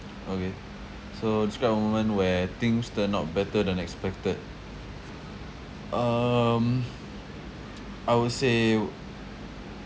okay so describe a moment where things turned out better than expected um I would say